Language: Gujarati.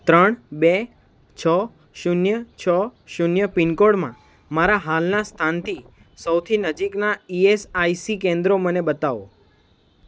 ત્રણ બે છ શૂન્ય છ શૂન્ય પિનકોડમાં મારા હાલનાં સ્થાનથી સૌથી નજીકનાં ઇએસઆઇસી કેન્દ્રો મને બતાવો